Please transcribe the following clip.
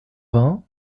vingts